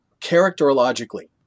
characterologically